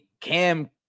Cam